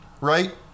right